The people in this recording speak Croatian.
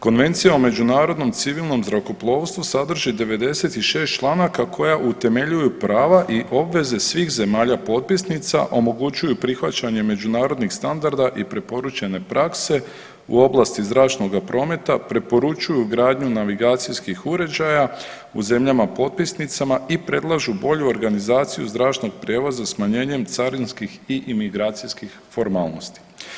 Konvencija o međunarodnom civilnom zrakoplovstvu sadrži 96. članaka koja utemeljuju prava i obveze svih zemalja potpisnica, omogućuju prihvaćanje međunarodnih standarda i preporučene prakse u oblasti zračnoga prometa, preporučuju gradnju navigacijskih uređaja u zemljama potpisnicama i predlažu bolju organizaciju zračnog prijevoza smanjenjem carinskih i imigracijskih formalnosti.